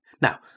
Now